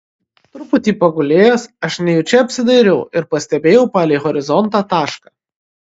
truputį pagulėjęs aš nejučia apsidairiau ir pastebėjau palei horizontą tašką